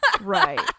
right